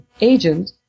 agent